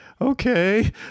okay